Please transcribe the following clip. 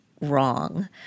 wrong